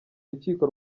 rukiko